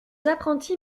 apprentis